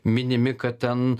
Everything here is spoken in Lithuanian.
minimi kad ten